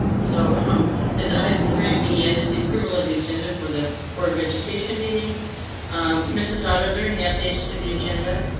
so as item three bn is the approval of the agenda for the board of education meeting mrs. daughter there any updates to the agenda?